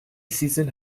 season